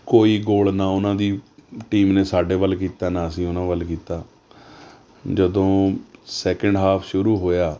ਕੋਈ ਗੋਲ ਨਾ ਉਨ੍ਹਾਂ ਦੀ ਟੀਮ ਨੇ ਸਾਡੇ ਵੱਲ ਕੀਤਾ ਨਾ ਅਸੀਂ ਉਨ੍ਹਾਂ ਵੱਲ ਕੀਤਾ ਜਦੋਂ ਸੈਕਿੰਡ ਹਾਫ ਸ਼ੁਰੂ ਹੋਇਆ